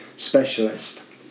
specialist